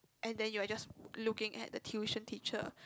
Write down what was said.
and then you are just looking at the tuition teacher